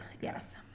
Yes